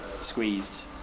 squeezed